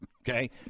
Okay